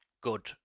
good